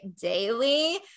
daily